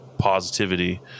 positivity